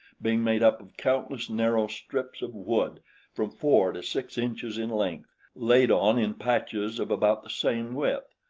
being made up of countless narrow strips of wood from four to six inches in length laid on in patches of about the same width,